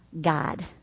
God